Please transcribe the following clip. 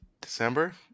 December